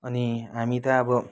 अनि हामी त अब